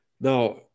Now